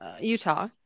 Utah